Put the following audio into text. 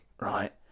right